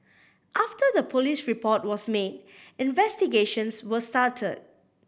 after the police report was made investigations were started